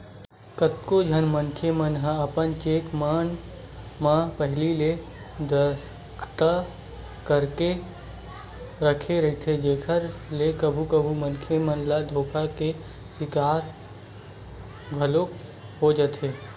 कतको झन मनखे मन ह अपन चेक मन म पहिली ले दस्खत करके राखे रहिथे जेखर ले कभू कभू मनखे ह धोखा के सिकार घलोक हो जाथे